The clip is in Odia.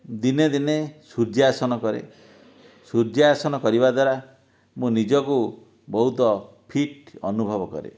ଦିନେ ଦିନେ ସୂର୍ଯ୍ୟାସନ କରେ ସୂର୍ଯ୍ୟାସନ କରିବା ଦ୍ଵାରା ମୁଁ ନିଜକୁ ବହୁତ ଫିଟ୍ ଅନୁଭବ କରେ